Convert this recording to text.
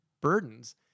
burdens